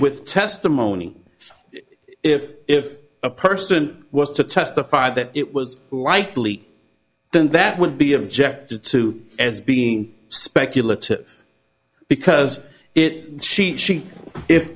with testimony if if a person was to testify that it was likely then that would be objected to as being speculative because it she she if